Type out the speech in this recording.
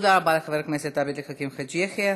תודה רבה לחבר הכנסת עבד אל חכים חאג' יחיא.